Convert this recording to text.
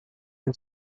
por